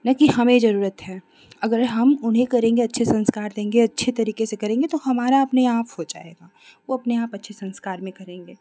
न कि हमें ज़रूरत है अगर हम उन्हें करेंगे अच्छे संस्कार देंगे अच्छे तरीके से करेंगे तो हमारा अपने आप हो जाएगा वह अपने आप अच्छे संस्कार में करेंगे